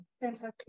fantastic